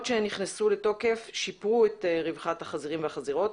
שנכנסו לתוקף שיפרו את רווחת החזירים והחזירות,